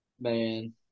Man